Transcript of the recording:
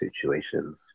situations